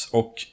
och